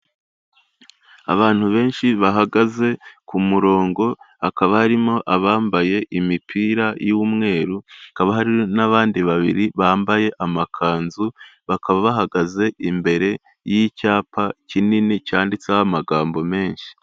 Abantu benshi bahagaze ku murongo hakaba harimo abambaye imipira y'umweru kakaba hari n'abandi babiri bambaye amakanzu, bakaba bahagaze imbere y'icyapa kinini cyanditseho amagambo menshi.